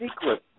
Secret